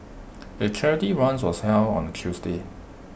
the charity run was held on A Tuesday